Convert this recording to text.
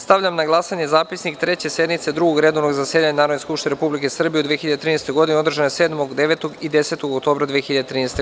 Stavljam na glasanje Zapisnik Treće sednice Drugog redovnog zasedanja Narodne skupštine Republike Srbije u 2013. godini, održane 7, 9. i 10. oktobra 2013. godine.